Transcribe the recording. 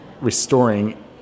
restoring